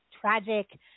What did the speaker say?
tragic